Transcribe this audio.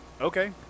Okay